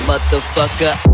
Motherfucker